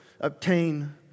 obtain